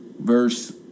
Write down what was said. verse